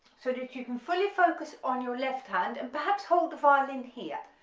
so that you can fully focus on your left hand and perhaps hold the violin here,